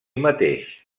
mateix